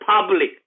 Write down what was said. public